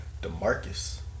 DeMarcus